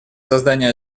создания